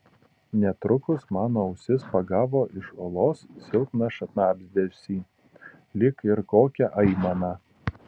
netrukus mano ausis pagavo iš olos silpną šnabždesį lyg ir kokią aimaną